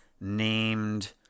named